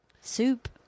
soup